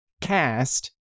cast